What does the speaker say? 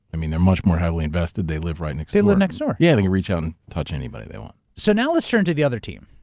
i mean, they're much more heavily invested. they live right next door. they live next door. yeah, they can reach out and touch anybody they want. so now let's turn to the other team.